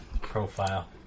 profile